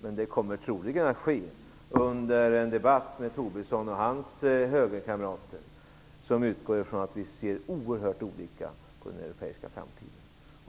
men det kommer troligen att ske under en debatt med Tobisson och hans högerkamrater, som utgår ifrån att vi ser oerhört olika på den europeiska framtiden.